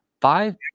five